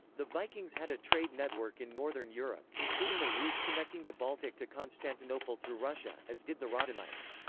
the vikings had a trade network in northern europe, including a route connecting the baltic to constantinople through russia, as did the radhanites.